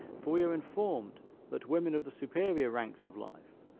for we are informed that women of the superior ranks of life,